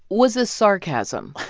was this sarcasm?